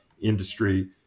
industry